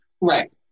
Right